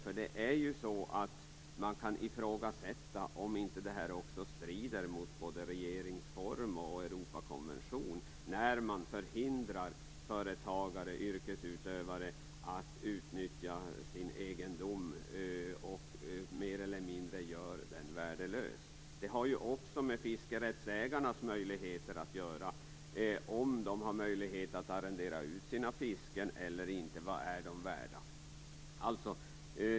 Man kan ju ifrågasätta om det inte strider mot både regeringsformen och Europakonventionen när man förhindrar företagare, yrkesutövare, att utnyttja sin egendom och mer eller mindre gör den värdelös. Det har ju också med fiskerättsägarnas möjligheter att göra, om de har möjlighet att arrendera ut sina fisken eller inte och vad de är värda.